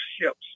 ships